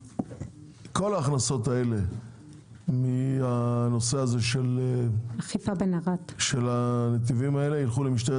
כל ההכנסות האלה מהנושא הזה של הנתיבים האלה ילכו למשטרת